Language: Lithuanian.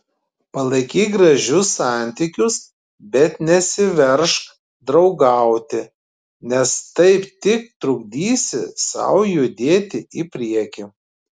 palaikyk gražius santykius bet nesiveržk draugauti nes taip tik trukdysi sau judėti į priekį